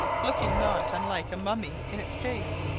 looking not unlike a mummy in its case.